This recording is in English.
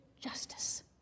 justice